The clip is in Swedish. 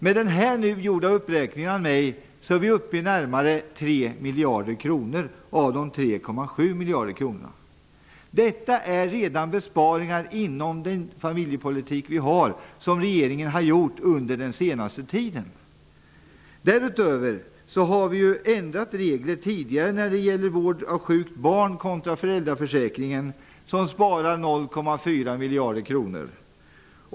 Med den av mig här gjorda beräkningen är vi uppe i närmare 3 miljarder av de 3,7 miljarder kronorna. Detta är besparingar som regeringen har gjort under den senaste tiden inom den familjepolitik vi har. Därutöver har vi tidigare ändrat regler när det gäller vård av sjukt barn kontra föräldraförsäkringen, vilket sparar 0,4 miljarder kronor.